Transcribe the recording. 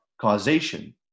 causation